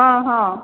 ହଁ ହଁ